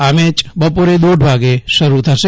આ મેચ બપોરે દોઢ વાગે શરૂ થશે